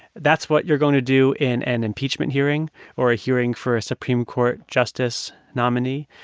that's what you're going to do in an impeachment hearing or a hearing for a supreme court justice nominee.